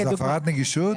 זו הפרת נגישות.